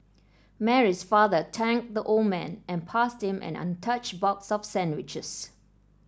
Mary's father thanked the old man and passed him an untouched box of sandwiches